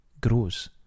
grows